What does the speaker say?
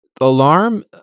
alarm